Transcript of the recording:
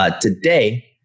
Today